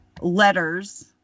letters